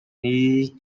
knee